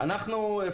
זה גם חשוב.